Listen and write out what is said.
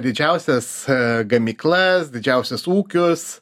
didžiausias gamyklas didžiausius ūkius